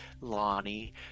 Lonnie